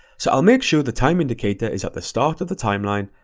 so i'll make sure the time indicator is at the start of the timeline,